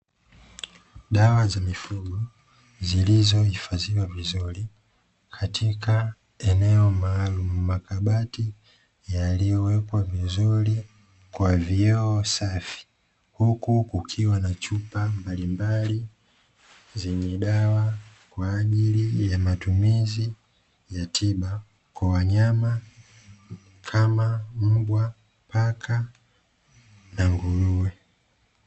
Dawa za mifugo zilizohifadhiwa vizuri katika eneo maalumu, makabati yaliwekwa vizuri kwa vioo safi. Huku kukiwa na chupa mbalimbali, zenye dawa kwaajili ya matumizi ya tiba kwa wanyama, kama mbwa, paka na nguruwe.